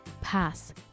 pass